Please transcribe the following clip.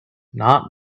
not